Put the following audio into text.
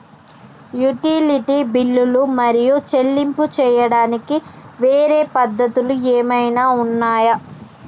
Utility బిల్లులు మరియు చెల్లింపులు చేయడానికి వేరే పద్ధతులు ఏమైనా ఉన్నాయా?